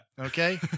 okay